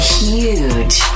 huge